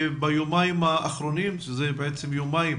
שביומיים האחרונים שזה בעצם יומיים